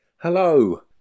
Hello